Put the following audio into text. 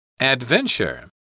Adventure